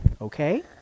Okay